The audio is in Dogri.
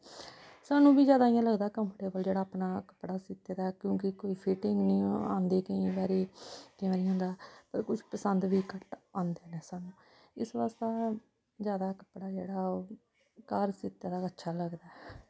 सानूं बी जादा इ'यां लगदा कंफर्टेबल जेह्ड़ा अपना कपड़ा सीते दा ऐ क्योंकि कोई फिटिंग निं आंदी केईं बारी केईं बारी इ'यां होंदा कुछ पसंद बी घट्ट आंदा सानूं इस बास्तै जादा कपड़ा जेह्ड़ा ओह् घर सीता दा गै अच्छा लगदा